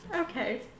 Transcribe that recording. Okay